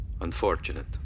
unfortunate